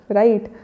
right